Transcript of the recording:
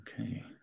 Okay